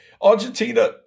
Argentina